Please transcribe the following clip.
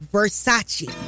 Versace